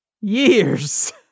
years